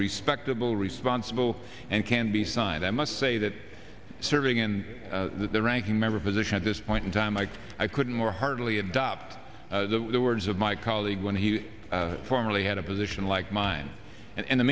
respectable responsible and can be signed i must say that serving in the ranking member position at this point in time i i couldn't more heartily adopt the words of my colleague when he formerly had a position like mine and in the